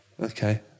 Okay